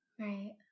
Right